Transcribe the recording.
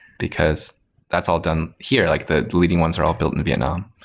because that's all done here. like the leading ones are all built in vietnam.